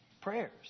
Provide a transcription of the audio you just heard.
prayers